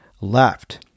left